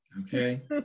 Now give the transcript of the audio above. Okay